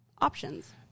options